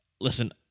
Listen